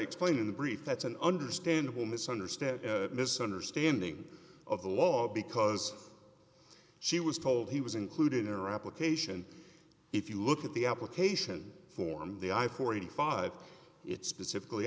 explained in the brief that's an understandable misunderstand misunderstanding of the law because she was told he was including or application if you look at the application form the i forty five it specifically